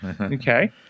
Okay